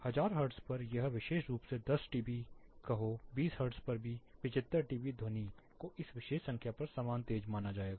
1000 hertz पर यह विशेष रूप से 10 डीबी कहो 20 हर्ट्ज पर भी 75 डीबी ध्वनि को इस विशेष संख्या पर समान तेज माना जाएगा